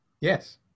Yes